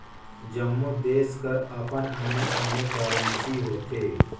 जम्मो देस कर अपन आने आने करेंसी होथे